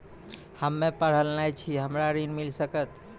हम्मे पढ़ल न छी हमरा ऋण मिल सकत?